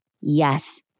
Yes